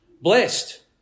Blessed